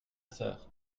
sœur